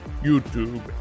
YouTube